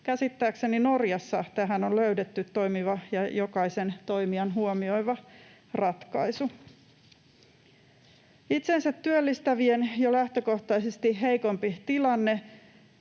Käsittääkseni Norjassa tähän on löydetty toimiva ja jokaisen toimijan huomioiva ratkaisu. Itsensä työllistävien jo lähtökohtaisesti heikompi tilanne,